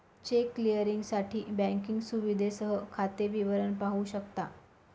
check क्लिअरिंगसाठी banking सुविधेसह खाते विवरण पाहू शकता